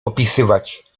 opisywać